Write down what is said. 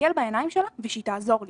להסתכל בעיניים שלה ושהיא תעזור לי.